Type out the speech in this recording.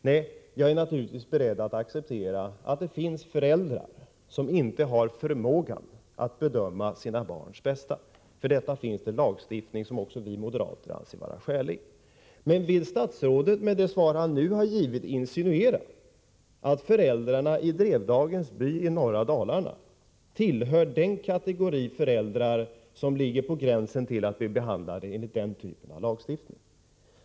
Nej, jag är naturligtvis beredd att acceptera att det finns föräldrar som inte har förmågan att bedöma sina barns bästa. För sådana fall finns det lagstiftning, som också vi moderater anser vara skälig. Men vill statsrådet med det svar han nu har givit insinuera att de berörda föräldrarna i Drevdagens by i norra Dalarna tillhör den kategori föräldrar som ligger på gränsen till att falla under den typen av lagstiftning?